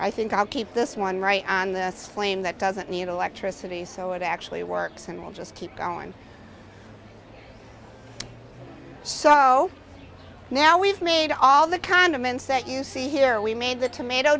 i think i'll keep this one right on this flame that doesn't need electricity so it actually works and will just keep going so now we've made all the condiments that you see here we made the tomato